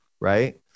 right